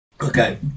Okay